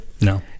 No